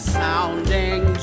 sounding